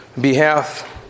behalf